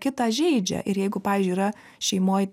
kitą žeidžia ir jeigu pavyzdžiui yra šeimoj